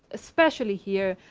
especially here,